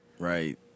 Right